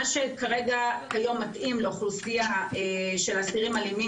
מה שכיום מתאים לאוכלוסייה של אסירים אלימים